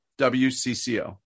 WCCO